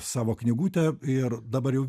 savo knygutę ir dabar jau